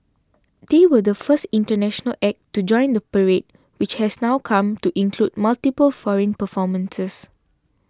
they were the first international act to join the parade which has now come to include multiple foreign performances